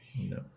no